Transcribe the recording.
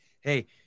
Hey